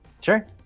Sure